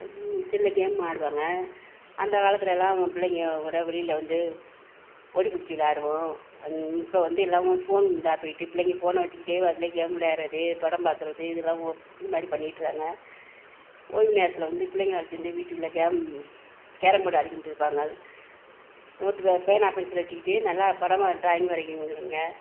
செல்லில் கேம் ஆடுவாங்க அந்தக்காலத்திலல்லாம் பிள்ளைங்க கூட வெளியில் வந்து ஓடி பிடிச்சி விளையாடுவோம் இப்போ வந்து எல்லாமே ஃபோன் இதாக போய்விட்டு பிள்ளைங்க ஃபோன்னை வச்சுக்கிட்டே அதில் கேம் விளையாடுவது படம் பார்க்குறது இதெல்லாம் இதுமாதிரி பண்ணிக்கிட்டு இருக்கிறாங்க ஓய்வு நேரத்தில் வந்து பிள்ளைங்கள அழைத்துட்டு வந்து வீட்டுக்குள்ளே கேம் கேரம் போர்ட் ஆடிக்கொண்டு இருப்பார்கள் நோட்டு பே பேனா பென்சிலை வச்சுக்கிட்டு நல்லா படமாக ட்ராயிங்